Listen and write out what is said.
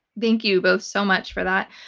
thank you both so much for that.